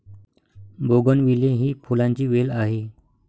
bougainvillea ही फुलांची वेल आहे